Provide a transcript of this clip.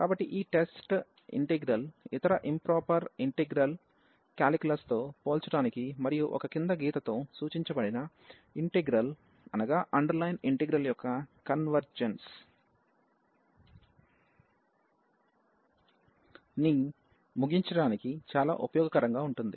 కాబట్టి ఈ test integral ఇతర ఇంప్రాపర్ కాలిక్యులస్తో పోల్చడానికి మరియు ఒక కింద గీతతో సూచించబడిన ఇంటిగ్రల్ యొక్క కన్వర్జెన్స్ ని ముగించడానికి చాలా ఉపయోగకరంగా ఉంటుంది